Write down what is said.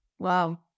Wow